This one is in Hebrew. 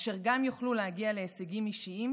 אשר גם יוכלו להגיע להישגים אישיים